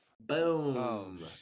Boom